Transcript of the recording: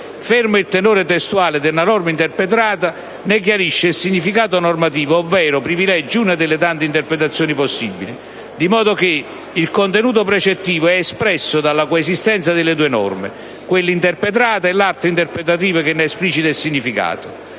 fermo il tenore testuale della norma interpretata, ne chiarisce il significato normativo ovvero privilegia una tra le tante interpretazioni possibili, di modo che il contenuto precettivo è espresso dalla coesistenza delle due norme (quella interpretata e l'altra interpretativa che ne esplicita il significato),